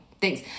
Thanks